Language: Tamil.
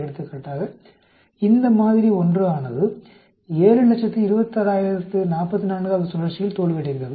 எடுத்துக்காட்டாக இந்த மாதிரி 1 ஆனது 726044 வது சுழற்சியில் தோல்வியடைந்தது